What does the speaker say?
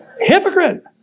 Hypocrite